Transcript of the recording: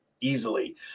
easily